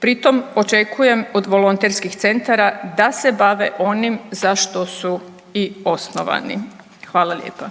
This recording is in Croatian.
Pri tom očekujem od volonterskih centara da se bave onim za što su i osnovani. Hvala lijepa.